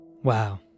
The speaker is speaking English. Wow